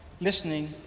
listening